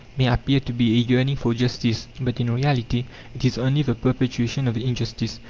may appear to be a yearning for justice. but in reality it is only the perpetuation of injustice.